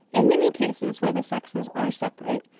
in many cases where the sexes are separate,